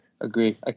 Agree